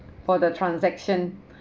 for the transaction